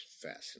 fascinating